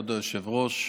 כבוד היושב-ראש,